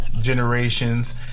generations